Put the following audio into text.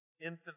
Infant